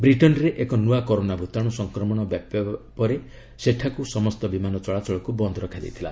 ବ୍ରିଟେନ୍ରେ ଏକ ନୂଆ କରୋନା ଭୂତାଣୁ ସଂକ୍ରମଣ ବ୍ୟାପିବା ପରେ ସେଠାକୁ ସମସ୍ତ ବିମାନ ଚଳାଚଳକୁ ବନ୍ଦ ରଖାଯାଇଥିଲା